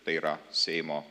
tai yra seimo